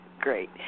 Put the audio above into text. Great